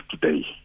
today